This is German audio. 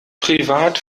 privat